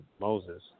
Moses